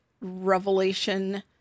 revelation